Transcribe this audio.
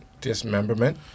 dismemberment